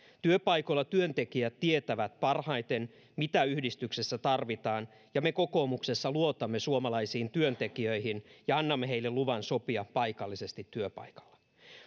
työpaikoilla työntekijät tietävät parhaiten mitä yhdistyksessä tarvitaan ja me kokoomuksessa luotamme suomalaisiin työntekijöihin ja annamme heille luvan sopia paikallisesti työpaikalla